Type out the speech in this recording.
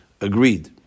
agreed